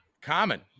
common